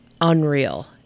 unreal